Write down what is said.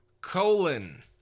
colon